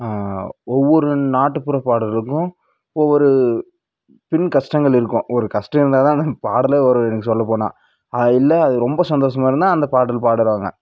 ஒவ்வொரு நாட்டுப்புற பாடலுக்கும் ஒவ்வொரு பின் கஷ்டங்கள் இருக்கும் ஒரு கஷ்டம் இருந்தால்தான் பாடலே வரும் எனக்கு சொல்லப்போனால் இல்லை அது ரொம்ப சந்தோஷமாக இருந்தால் அந்த பாடல் பாடுறாங்க